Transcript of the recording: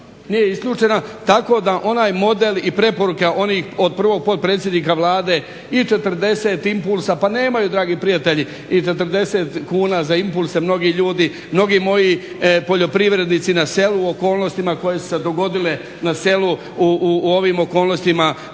nije isključena. Tako da onaj model i preporuka onih od prvog potpredsjednika Vlade i 40 impulsa, pa nemaju dragi prijatelji, i 40 kuna za impulse mnogi ljudi. Mnogi moji poljoprivrednici na selu u okolnostima koje su se dogodile na selu u ovim okolnostima